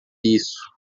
isso